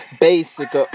basic